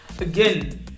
again